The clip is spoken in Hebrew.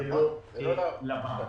ולא לבנק.